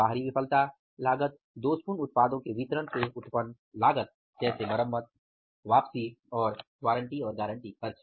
बाहरी विफलता लागत दोषपूर्ण उत्पादों के वितरण से उत्त्पन्न लागत जैसे मरम्मत वापसी और वारंटी खर्च